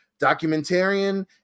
documentarian